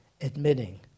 admitting